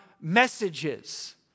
messages